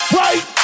right